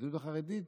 ליהדות החרדית,